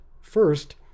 First